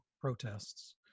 protests